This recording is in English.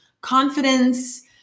confidence